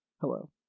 hello